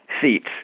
seats